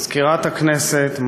מזכירת הכנסת,